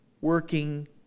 working